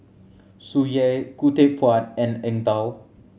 Tsung Yeh Khoo Teck Puat and Eng Tow